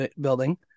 building